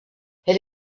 elle